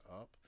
up